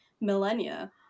millennia